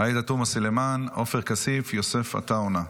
-- עאידה תומא סלימאן, עופר כסיף ויוסף עטאונה.